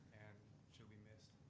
and she'll be missed.